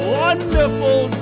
wonderful